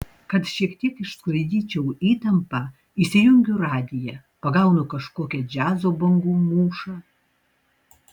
kad šiek tiek išsklaidyčiau įtampą įsijungiu radiją pagaunu kažkokią džiazo bangų mūšą